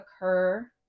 occur